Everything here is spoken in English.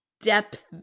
depth